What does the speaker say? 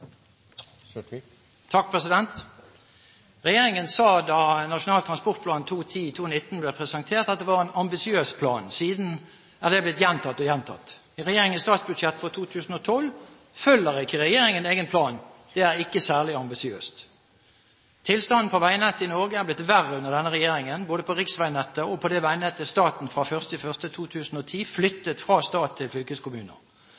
Regjeringen sa da Nasjonal transportplan 2010–2019 ble presentert, at det var en ambisiøs plan. Siden er det blitt gjentatt og gjentatt. I regjeringens statsbudsjett for 2012 følger ikke regjeringen egen plan. Det er ikke særlig ambisiøst. Tilstanden på veinettet i Norge er blitt verre under denne regjeringen, både på riksveinettet og på det veinettet staten fra 1. januar 2010